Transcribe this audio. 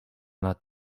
nad